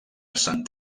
sant